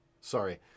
Sorry